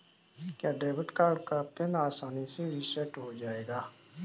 क्या debit card का PIN आसानी से रीसेट हो जाएगा?